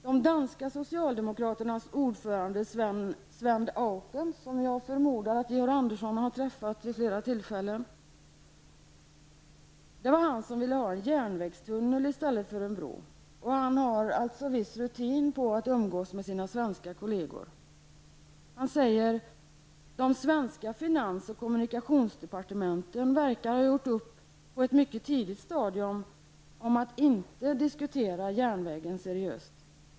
De danska socialdemokraternas ordförande Svend Auken, som jag förmodar att Georg Andersson har träffat vid flera tillfällen, ville ha en järnvägstunnel i stället för en bro, och han har viss rutin på att umgås med sina svenska kolleger. Svend Auken säger: ''De svenska finans och kommunikationsdepartementen verkar ha gjort upp på ett mycket tidigt stadium om att inte diskutera järnvägen seriöst.''